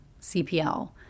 CPL